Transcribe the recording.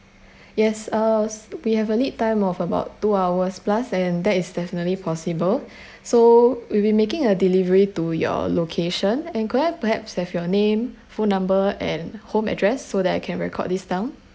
yes uh we have a lead time of about two hours plus and that is definitely possible so will be making a delivery to your location and could I perhaps have your name phone number and home address so that I can record this down